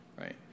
right